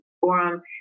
forum